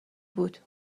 بود